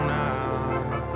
now